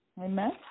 Amen